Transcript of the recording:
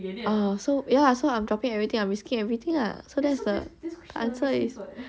orh so ya I'm dropping everything I'm risking everything ah so that's the answer is